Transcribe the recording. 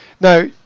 now